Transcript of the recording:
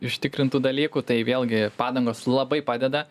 užtikrintų dalykų tai vėlgi padangos labai padeda